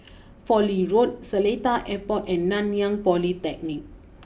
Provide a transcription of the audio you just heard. Fowlie Road Seletar Airport and Nanyang Polytechnic